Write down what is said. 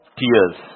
tears